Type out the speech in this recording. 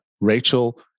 Rachel